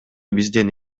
бизден